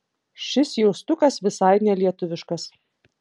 šis jaustukas visai nelietuviškas